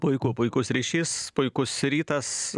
puiku puikus ryšys puikus rytas